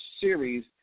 series